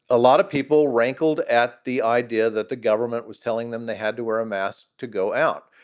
a lot of people rankled at the idea that the government was telling them they had to wear a mask to go out.